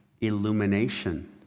illumination